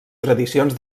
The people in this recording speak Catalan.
tradicions